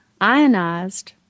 ionized